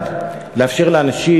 אחד, לאפשר לאנשים